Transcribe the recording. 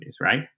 right